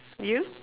you